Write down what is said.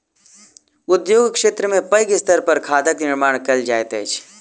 उद्योग क्षेत्र में पैघ स्तर पर खादक निर्माण कयल जाइत अछि